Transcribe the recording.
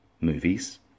movies